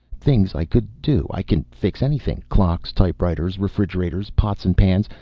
things i could do? i can fix anything. clocks, type-writers, refrigerators, pots and pans.